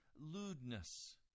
lewdness